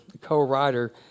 co-writer